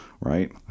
right